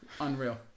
Unreal